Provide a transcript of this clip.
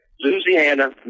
Louisiana